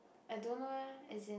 I don't know eh as in